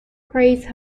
praise